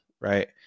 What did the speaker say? right